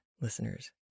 listeners